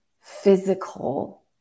physical